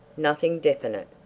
nothing definite.